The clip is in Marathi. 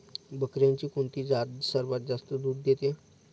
बकऱ्यांची कोणती जात सर्वात जास्त दूध देते?